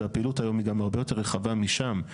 והפעילות היום היא גם הרבה יותר רחבה משם.